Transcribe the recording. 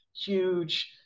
huge